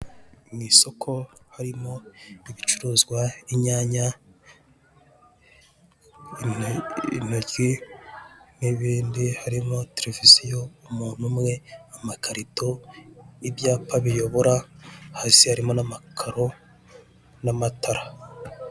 Mu isoko harimo ibicuruzwa: inyanya, intoryi n'ibindi harimo televiziyo, umuntu umwe, amakarito, ibyapa biyobora, hasi harimo n'amakaro n'amatara.